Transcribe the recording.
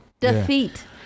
defeat